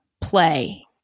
play